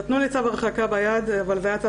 נתנו לי צו הרחקה ביד אבל זה היה צו